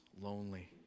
lonely